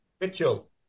Mitchell